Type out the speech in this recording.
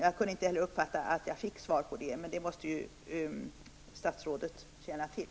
Jag uppfattade inte att statsrådet gav något besked på den punkten, men det är något som hon måste känna till.